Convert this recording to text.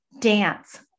Dance